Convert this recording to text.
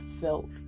felt